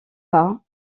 pas